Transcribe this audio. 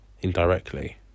indirectly